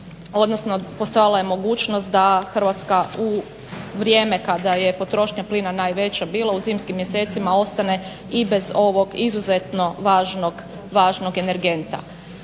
odnosno postojala je mogućnost da Hrvatska u vrijeme kada je potrošnja plina najveća bila u zimskim mjesecima ostane i bez ovog izuzetno važnog energenta.